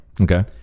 Okay